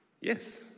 yes